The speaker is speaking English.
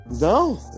No